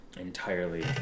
entirely